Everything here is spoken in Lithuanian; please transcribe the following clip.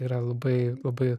yra labai labai